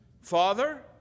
Father